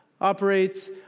operates